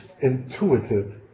intuitive